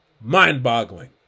Mind-boggling